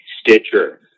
Stitcher